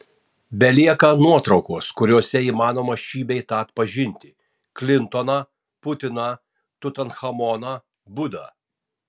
belieka nuotraukos kuriose įmanoma šį bei tą atpažinti klintoną putiną tutanchamoną budą